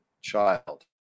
child